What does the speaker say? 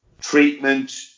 treatment